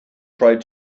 tried